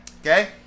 Okay